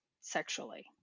sexually